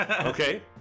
Okay